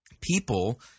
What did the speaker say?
people